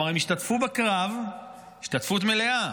כלומר הם השתתפו בקרב השתתפות מלאה,